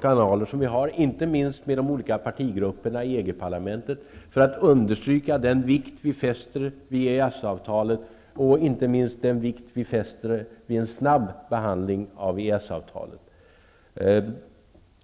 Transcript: kanaler vi har, inte minst i de olika partigrupperna i EG-parlamentet, för att understryka den vikt vi fäster vid EES-avtalet och inte minst den vikt vi fäster vid en snabb behandling av detta avtal.